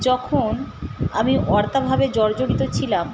যখন আমি অর্থাভাবে জর্জরিত ছিলাম